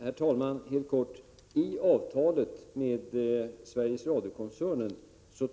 Herr talman! Helt kort: I avtalet med Sveriges radiokoncernen